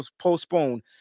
postponed